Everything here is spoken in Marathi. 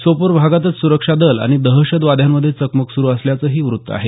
सोपोर भागातच सुरक्षा दल आणि दहशतवाद्यांमध्ये चकमक सुरू असल्याचंही वृत्त आहे